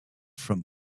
from